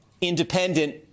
independent